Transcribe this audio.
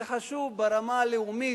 זה חשוב ברמה הלאומית,